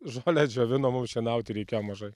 žolę džiovino mums šienauti reikėjo mažai